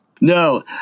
No